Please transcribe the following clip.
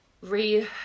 re-